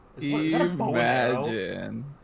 Imagine